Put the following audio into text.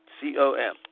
C-O-M